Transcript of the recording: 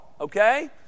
okay